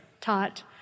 taught